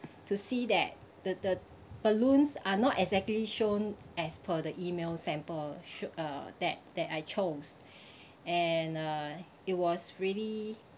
to see that the the balloons are not exactly shown as per the email sample showed uh that that I chose and uh it was really